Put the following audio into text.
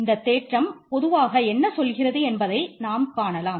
இந்த தேற்றம் பொதுவாக என்ன சொல்லுகிறது என்பதை நாம் காணலாம்